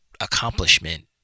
accomplishment